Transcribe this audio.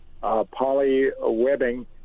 poly-webbing